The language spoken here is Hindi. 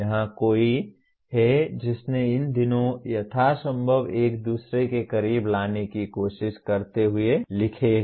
यहाँ कोई है जिसने इन दोनों को यथासंभव एक दूसरे के करीब लाने की कोशिश करते हुए लिखा है